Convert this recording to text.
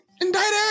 Indicted